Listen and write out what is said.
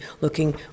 looking